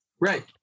Right